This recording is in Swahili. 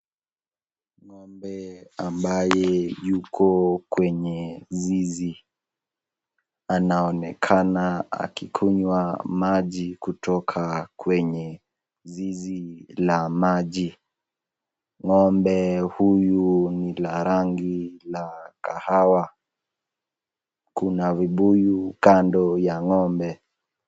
Ng'ombe ambaye yuko kwenye zizi anaonekana akikunywa maji kutoka kwenye zizi la maji, ng'ombe huyu ni la rangi la kahawa kuna vibuyu kando ya ng'ombe.